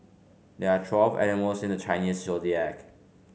there are twelve animals in the Chinese Zodiac